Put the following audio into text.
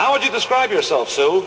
i would you describe yourself so